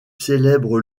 célèbre